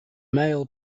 male